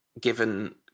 given